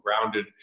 Grounded